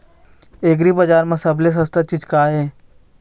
एग्रीबजार म सबले सस्ता चीज का ये?